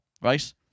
right